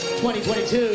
2022